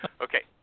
Okay